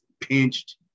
pinched